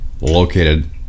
located